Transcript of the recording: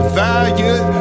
value